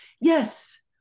yes